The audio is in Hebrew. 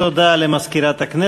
הצעת חוק שיווי זכויות האישה (תיקון,